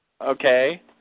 Okay